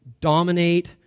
dominate